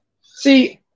See –